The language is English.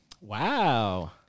Wow